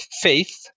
faith